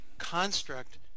construct